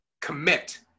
commit